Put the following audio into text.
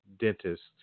dentists